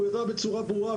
הוא הראה בצורה ברורה,